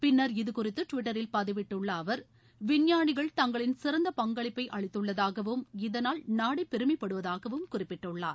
பின்னர் இதுகுறித்து டுவிட்டரில் பதிவிட்டுள்ள அவர் விஞ்ஞானிகள் தங்களின் சிறந்த பங்களிப்பை அளித்துள்ளதாகவும் இதனால் நாடே பெருமைப்படுவதாகவும் குறிப்பிட்டுள்ளார்